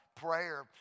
prayer